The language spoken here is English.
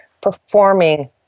performing